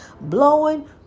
blowing